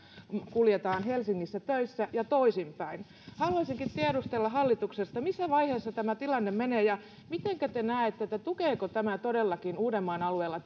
kuljetaan helsingissä töissä ja toisinpäin haluaisinkin tiedustella hallitukselta missä vaiheessa tämä tilanne menee mitenkä te näette tukeeko tämä todellakin uudenmaan alueella